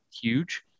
huge